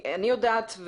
אני יודעת,